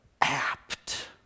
apt